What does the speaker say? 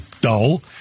dull